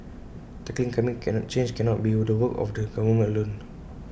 tackling climate change cannot be the work of the government alone